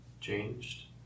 changed